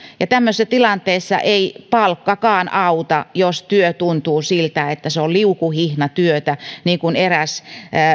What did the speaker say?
tämmöisessä tilanteessa ei palkkakaan auta jos työ tuntuu siltä että se on liukuhihnatyötä niin kuin eräs